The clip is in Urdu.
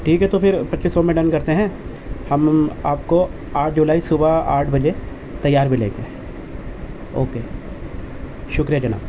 ٹھیک ہے تو پھر پچیس سو میں ڈن کرتے ہیں ہم آپ کو آٹھ جولائی صبح آٹھ بجے تیار ملیں گے اوکے شکریہ جناب